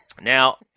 Now